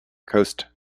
coast